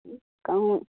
कहूँ